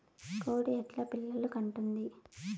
కోడి ఎట్లా పిల్లలు కంటుంది?